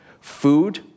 food